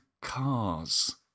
cars